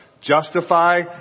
justify